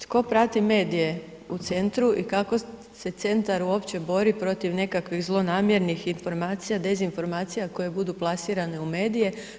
Tko prati medije u centru i kako se centar uopće bori protiv nekakvih zlonamjernih informacija, dezinformacija koje budu plasirane u medije.